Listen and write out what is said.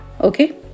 Okay